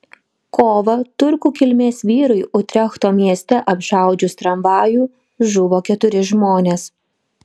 kovą turkų kilmės vyrui utrechto mieste apšaudžius tramvajų žuvo keturi žmonės